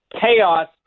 chaos